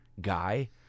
guy